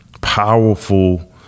powerful